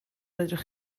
fedrwch